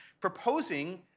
proposing